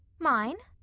mine?